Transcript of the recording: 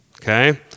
okay